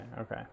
okay